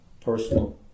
personal